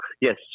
Yes